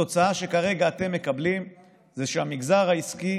התוצאה היא שכרגע אתם מקבלים זה שהמגזר העסקי